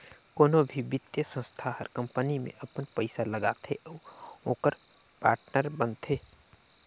कोनो भी बित्तीय संस्था हर कंपनी में अपन पइसा लगाथे अउ ओकर पाटनर बनथे